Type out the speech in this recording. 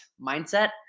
mindset